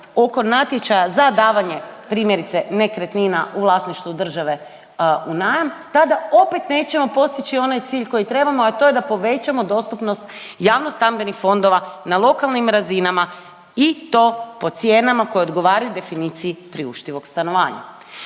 oko natječaja za davanje, primjerice, nekretnina u vlasništvu države u najam, tada opet nećemo postići onaj cilj koji trebamo, a to je da povećamo dostupnost javnostambenih fondova na lokalnim razinama i to po cijenama koje odgovaraju definiciji priuštivog stanovanja.